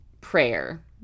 prayer